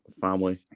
family